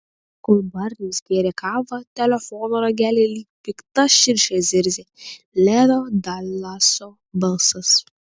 kol barnis gėrė kavą telefono ragelyje lyg pikta širšė zirzė levio dalaso balsas